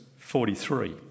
43